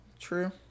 True